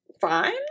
fine